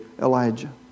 Elijah